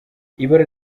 ibara